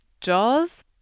Jaws